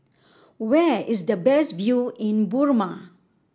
where is the best view in Burma